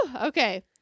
okay